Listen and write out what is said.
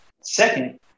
Second